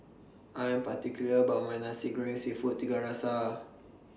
I Am particular about My Nasi Goreng Seafood Tiga Rasa